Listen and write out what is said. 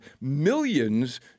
millions